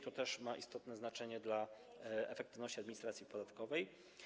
To też ma istotne znaczenie dla efektywności administracji podatkowej.